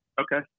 Okay